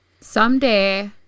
someday